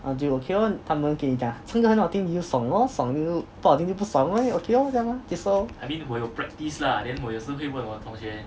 然后就 okay lor 他们给你讲唱歌很好听你就爽咯爽就不好听就不爽咯就 okay lor 就 okay lor 这样 lor 就是 lor